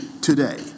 today